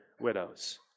widows